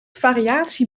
variatie